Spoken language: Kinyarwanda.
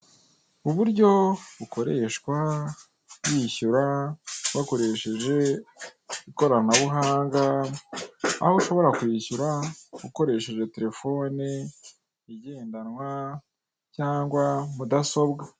Uburyo bukoreshwa wishyura wakoresheje ikoranabuhanga aho ushobora kwishyura ukoresheje terefone igendanwa cyangwa mudasobwa